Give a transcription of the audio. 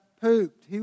pooped